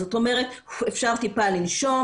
זאת אומרת אפשר לנשום,